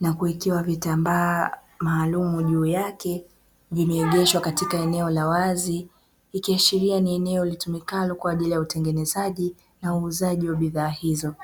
na kuwekewa vitambaa maalumu juu yake, vimeegeshwa katika eneo la wazi. Ikiashiria ni eneo litumikalo kwa ajili ya utengenezaji na uuzaji wa bidhaa hizo.